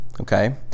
Okay